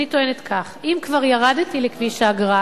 אני טוענת כך: אם כבר ירדתי לכביש האגרה